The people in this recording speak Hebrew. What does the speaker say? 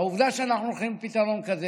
העובדה שאנחנו הולכים לפתרון כזה,